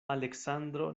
aleksandro